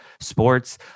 sports